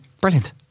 brilliant